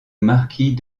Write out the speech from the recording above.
marquis